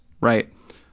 Right